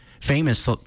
famous